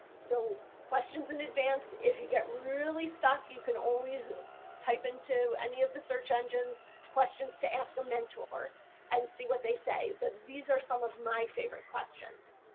so questions in advance. if you get really stuck you can always type into any of the search engines questions to ask a mentor and see what they say. but these are some of my favorite questions.